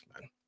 man